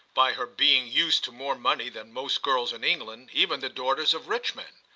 by her being used to more money than most girls in england, even the daughters of rich men.